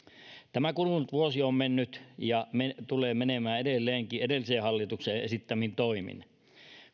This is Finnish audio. tämä kulunut vuosi on mennyt ja tulee menemään edelleenkin edellisen hallituksen esittämin toimin kun